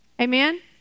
Amen